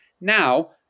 Now